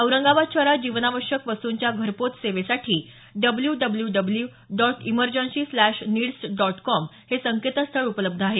औरंगाबाद शहरात जीवनावश्यक वस्तूंच्या घरपोच सेवेसाठी W W W dot emergency slash needs dot com हे संकेतस्थळ उपलब्ध आहे